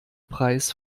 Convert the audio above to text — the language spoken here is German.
preis